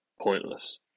pointless